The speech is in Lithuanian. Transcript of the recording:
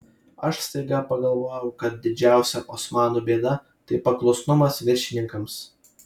aš staiga pagalvojau kad didžiausia osmanų bėda tai paklusnumas viršininkams